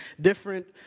different